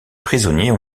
prisonniers